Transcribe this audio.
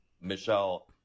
Michelle